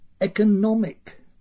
economic